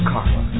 Carla